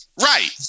Right